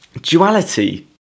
duality